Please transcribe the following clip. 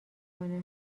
کنه